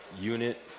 unit